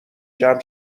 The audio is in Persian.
جمع